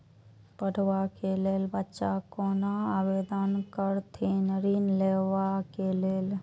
पढ़वा कै लैल बच्चा कैना आवेदन करथिन ऋण लेवा के लेल?